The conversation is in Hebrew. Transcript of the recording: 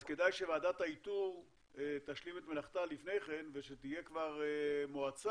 אז כדאי שוועדת האיתור תשלים את מלאכתה לפני כן ושתהיה כבר מועצה